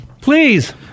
Please